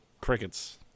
crickets